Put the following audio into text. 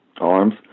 arms